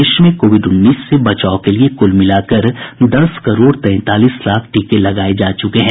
देश में कोविड उन्नीस से बचाव के लिए कुल मिलाकर दस करोड तैंतालीस लाख टीके लगाये जा चुके हैं